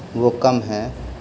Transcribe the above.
وہ کم ہے